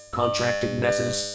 contractednesses